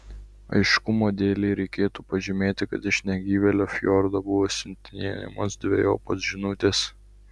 aiškumo dėlei reikėtų pažymėti kad iš negyvėlio fjordo buvo siuntinėjamos dvejopos žinutės